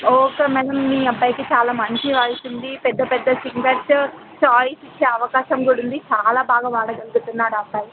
okay madam మీ అబ్బాయికి చాలా మంచి వాయిస్ పెద్ద పెద్ద సింగర్స్ ఛాయస్ ఇచ్చే అవకాశం కూడా ఉంది చాలా బాగా పాడగలుగుతున్నాడు ఆ అబ్బాయి